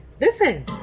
Listen